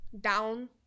down